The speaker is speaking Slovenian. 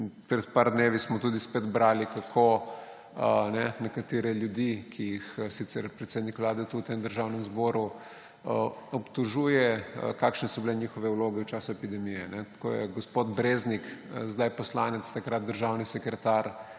Pred nekaj dnevi smo tudi spet brali, kako nekatere ljudi, ki jih sicer predsednik Vlade tu v Državnem zboru obtožuje, kakšne so bile njihove vloge v času epidemije. Tako je gospod Breznik, zdaj poslanec, takrat državni sekretar,